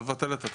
אני